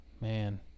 man